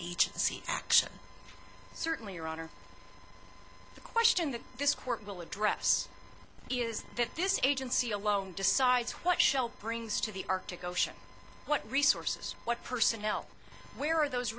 agency action certainly your honor the question that this court will address is that this agency alone decides what shell brings to the arctic ocean what resources what personnel where are those